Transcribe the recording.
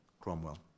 Cromwell